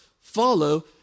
follow